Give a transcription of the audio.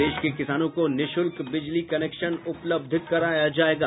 प्रदेश के किसानों को निःशुल्क बिजली कनेक्शन उपलब्ध कराया जायेगा